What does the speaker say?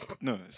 No